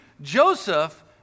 Joseph